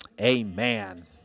amen